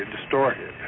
distorted